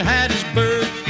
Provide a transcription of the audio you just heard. Hattiesburg